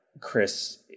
Chris